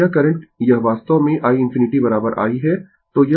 तो यह करंट यह वास्तव में i ∞ i है